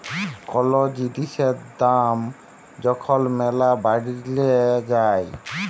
call জিলিসের দাম যখল ম্যালা বাইড়ে যায়